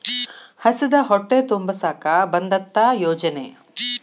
ಹಸಿದ ಹೊಟ್ಟೆ ತುಂಬಸಾಕ ಬಂದತ್ತ ಯೋಜನೆ